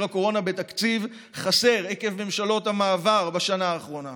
הקורונה בתקציב חסר עקב ממשלות המעבר בשנה האחרונה